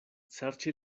serĉi